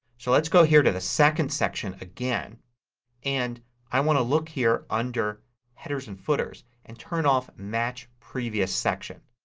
so let's go here to the second section again and i want to look here under headers and footers and turn off match previous section.